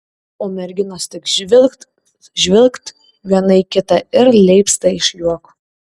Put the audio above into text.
o merginos tik žvilgt žvilgt viena į kitą ir leipsta iš juoko